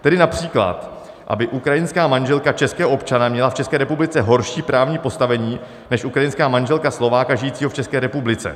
Tedy například aby ukrajinská manželka českého občana měla v České republice horší právní postavení než ukrajinská manželka Slováka žijícího v České republice.